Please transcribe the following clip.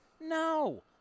No